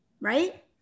right